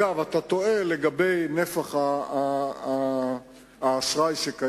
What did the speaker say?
עכשיו לחברת הכנסת מירי רגב, הרעיון שאת